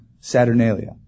Saturnalia